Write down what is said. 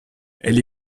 elle